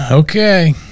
Okay